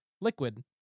liquid